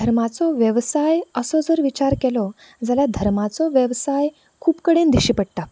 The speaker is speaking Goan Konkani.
धर्माचो वेवसाय असो जर विचार केलो जाल्यार धर्माचो वेवसाय खूब कडेन दिश्टी पडटा